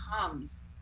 comes